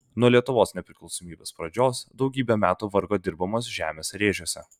nuo lietuvos nepriklausomybės pradžios daugybę metų vargo dirbamos žemės rėžiuose